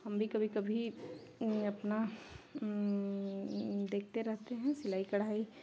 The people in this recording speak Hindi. हम भी कभी कभी अपना देखते रहते हैं सिलाई कढ़ाई